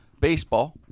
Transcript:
baseball